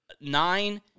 nine